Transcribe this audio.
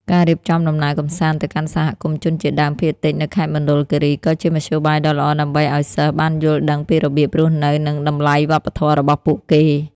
ការរៀបចំដំណើរកម្សាន្តទៅកាន់សហគមន៍ជនជាតិដើមភាគតិចនៅខេត្តមណ្ឌលគិរី ក៏ជាមធ្យោបាយដ៏ល្អដើម្បីឱ្យសិស្សបានយល់ដឹងពីរបៀបរស់នៅនិងតម្លៃវប្បធម៌របស់ពួកគេ។